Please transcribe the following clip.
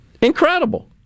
Incredible